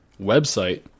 website